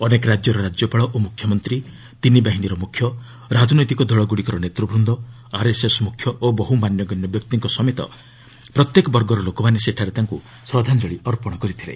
ଅନେକ ରାଜ୍ୟର ରାଜ୍ୟପାଳ ଓ ମୁଖ୍ୟମନ୍ତ୍ରୀ ତିନି ବାହିନୀ ମୁଖ୍ୟ ରାଜନୈତିକ ଦଳଗୁଡ଼ିକର ନେତୃବୃନ୍ଦ ଆର୍ଏସ୍ଏସ୍ ମୁଖ୍ୟ ଓ ବହୁ ମାନ୍ୟଗଣ୍ୟ ବ୍ୟକ୍ତିଙ୍କ ସମେତ ପ୍ରତ୍ୟେକ ବର୍ଗର ଲୋକମାନେ ସେଠାରେ ତାଙ୍କୁ ଶ୍ରଦ୍ଧାଞ୍ଜଳି ଅର୍ପଣ କରିଥିଲେ